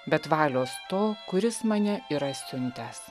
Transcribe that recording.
bet valios to kuris mane yra siuntęs